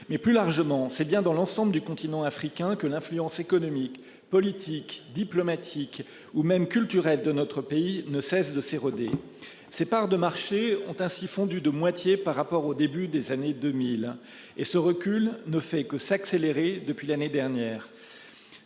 mais plus largement c'est bien dans l'ensemble du continent africain que l'influence économique politique diplomatique ou même culturel de notre pays ne cesse de s'éroder ses parts de marché ont ainsi fondu de moitié par rapport au début des années 2000 et ce recul ne fait que s'accélérer depuis l'année dernière.